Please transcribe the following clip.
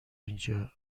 اینجا